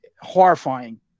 Horrifying